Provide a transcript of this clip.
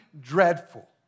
dreadful